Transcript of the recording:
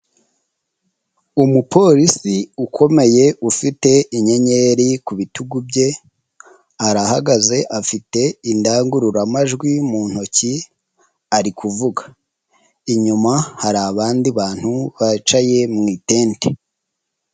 Umupolisi ukomeye ufite inyenyeri ku bitugu bye, arahagaze afite indangururamajwi mu ntoki ari kuvuga, inyuma hari abandi bantu bicaye mu itente.